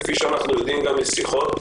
כפי שאנחנו יודעים גם משיחות,